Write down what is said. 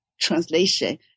translation